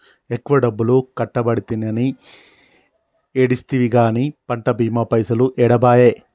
ఎక్కువ డబ్బులు కట్టబడితినని ఏడిస్తివి గాని పంట బీమా పైసలు ఏడబాయే